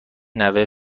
نوه